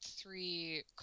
three